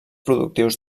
productius